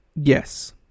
Yes